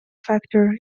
factor